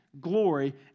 glory